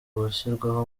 gushyirwaho